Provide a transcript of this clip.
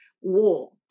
war